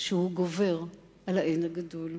שהוא גובר על האין הגדול.